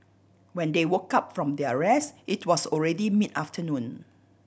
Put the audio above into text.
when they woke up from their rest it was already mid afternoon